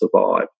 survive